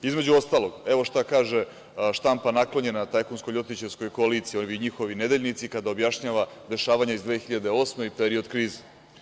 Između ostalog, evo šta kaže štampa naklonjena tajkunsko-ljutićevskoj koaliciji, ovi njihovi nedeljnici, kada objašnjava dešavanja iz 2008. godine i period krize.